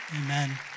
Amen